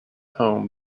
home